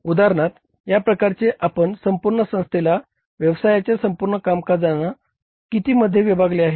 उदाहरणार्थ या प्रकरणात आपण संपूर्ण संस्थेला व्यवसायाच्या संपूर्ण कामकाजाना किती मध्ये विभागले आहे